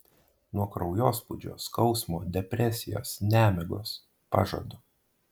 nuo kraujospūdžio skausmo depresijos nemigos pažadu